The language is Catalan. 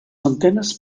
antenes